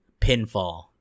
Pinfall